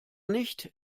nicht